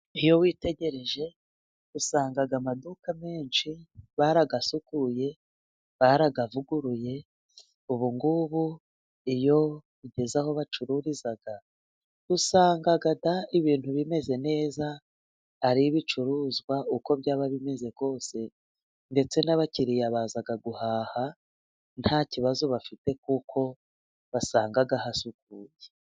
Iyo witegereje usangaga amaduka menshi barayasukuye, barayavuguruye. Ubu ngubu iyo ugeze aho bacururiza usanga da ibintu bimeze neza, ari ibicuruzwa uko byaba bimeze kose, ndetse n'abakiriya baza guhaha nta kibazo bafite kuko basanga hasukuye.